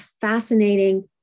fascinating